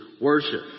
worship